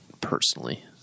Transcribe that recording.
personally